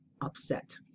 upset